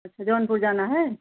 अच्छा जौनपुर जाना है